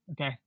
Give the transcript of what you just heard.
Okay